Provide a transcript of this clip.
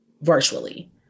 virtually